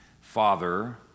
Father